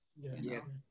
Yes